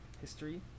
history